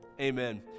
amen